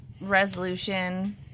resolution